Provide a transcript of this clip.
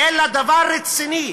אלא דבר רציני.